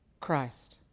Christ